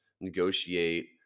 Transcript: negotiate